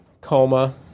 coma